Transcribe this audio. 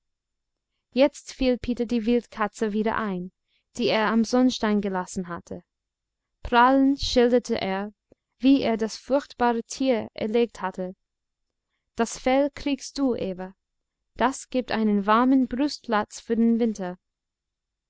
jetzt fiel peter die wildkatze wieder ein die er am sonnstein gelassen hatte prahlend schilderte er wie er das furchtbare tier erlegt hatte das fell kriegst du eva das gibt einen warmen brustlatz für den winter